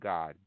God